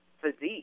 physique